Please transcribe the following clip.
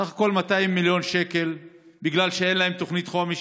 בסך הכול 200 מיליון שקל בגלל שאין להם תוכנית חומש.